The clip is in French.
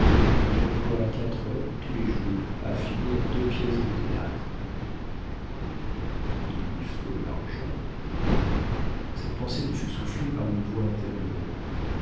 il emploie quatre heures tous les jours à finir deux pièces de théâtre il lui faut de l'argent cette pensée me fut soufflée par une voix intérieure